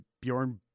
Bjorn